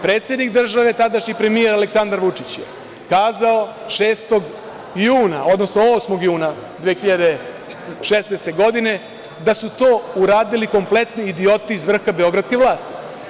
Predsednik države, tadašnji premijer, Aleksandar Vučić kazao je 8. juna 2016. godine da su to uradili kompletni idioti iz vrha beogradske vlasti.